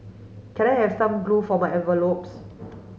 can I have some glue for my envelopes